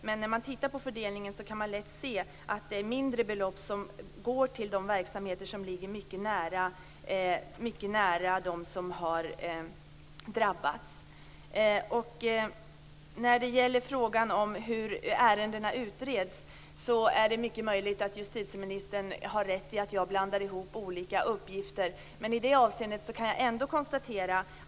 Men när man tittar på fördelningen kan man lätt se att det är mindre belopp som går till de verksamheter som ligger mycket nära dem som har drabbats. Det är mycket möjligt att justitieministern har rätt i att jag blandar ihop olika uppgifter när det gäller frågan om hur ärendena utreds.